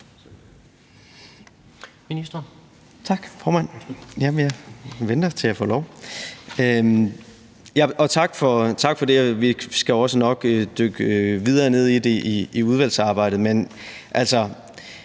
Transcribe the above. Tak for det. Vi skal også nok dykke videre ned i det i udvalgsarbejdet.